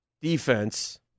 defense